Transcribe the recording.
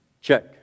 Check